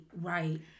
right